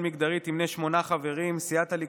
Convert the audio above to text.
מגדרי תמנה שמונה חברים: סיעת הליכוד,